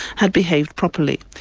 had behaved properly.